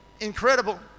Incredible